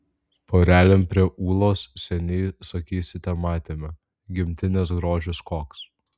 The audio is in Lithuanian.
porelėm prie ūlos seniai sakysite matėme gimtinės grožis koks